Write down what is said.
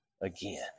again